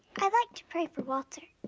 i like to pray for walter.